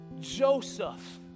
Joseph